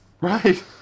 Right